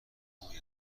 خوبی